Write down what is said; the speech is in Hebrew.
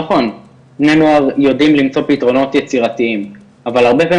נכון בני נוער יודעים למצוא פתרונות יצירתיים אבל הרבה פעמים